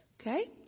Okay